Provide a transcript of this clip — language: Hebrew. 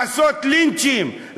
לעשות לינצ'ים,